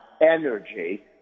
energy